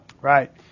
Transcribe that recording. Right